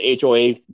HOA